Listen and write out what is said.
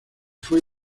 fue